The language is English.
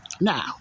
now